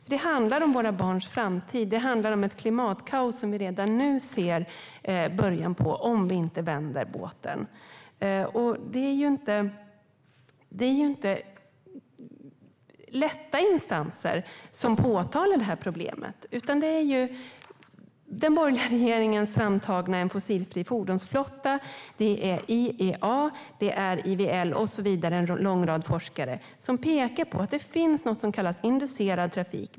Det handlar nämligen om våra barns framtid. Det handlar om ett klimatkaos som vi redan nu ser början på om vi inte vänder båten. Det är ju inte lätta instanser som påtalar problemet, utan det är den borgerliga regeringens utredning om en fossilfri fordonsflotta, IEA, IVL och så vidare - en lång rad forskare - som pekar på att det finns något som kallas inducerad trafik.